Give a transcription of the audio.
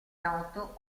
noto